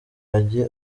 ajye